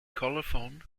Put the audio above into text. colophon